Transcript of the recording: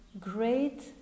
great